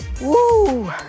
Woo